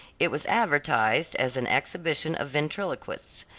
it was advertised as an exhibition of ventriloquists,